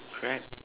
crabs